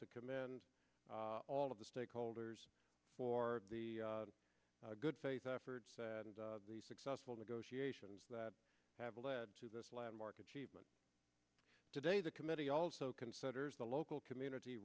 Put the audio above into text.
to commend all of the stakeholders for the good faith effort and the successful negotiations that have led to this landmark achievement today the committee also considers the local community